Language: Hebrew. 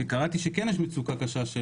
כי קראתי שכן יש מצוקה קשה.